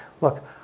look